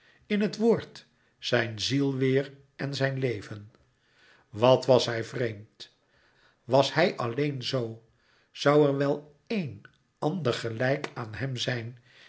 in het woord zijn ziel weêr en zijn leven wat was hij vreemd was hij alleen zoo zoû er wel éen ander gelijk aan hem zijn